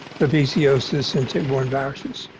ah babesiosis and tick-borne viruses.